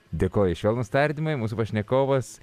dėkoju švelnūs tardymai mūsų pašnekovas